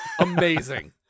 Amazing